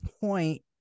point